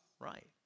right